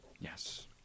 Yes